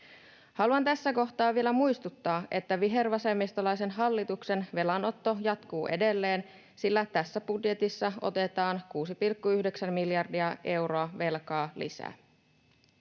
Haluan tässä kohtaa vielä muistuttaa, että vihervasemmistolaisen hallituksen velanotto jatkuu edelleen, sillä tässä budjetissa otetaan 6,9 miljardia euroa velkaa lisää.